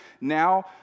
Now